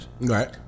Right